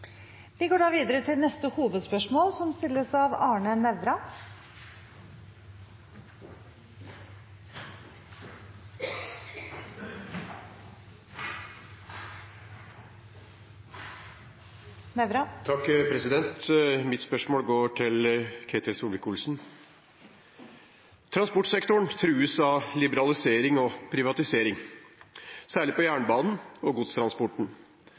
Vi går da videre til neste hovedspørsmål. Mitt spørsmål går til Ketil Solvik-Olsen. Transportsektoren trues av liberalisering og privatisering, særlig når det gjelder jernbanen og godstransporten.